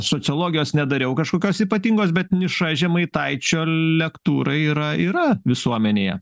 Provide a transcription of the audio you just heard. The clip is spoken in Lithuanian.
sociologijos nedariau kažkokios ypatingos bet niša žemaitaičio lektūra yra yra visuomenėje